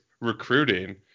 recruiting